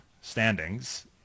standings